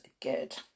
good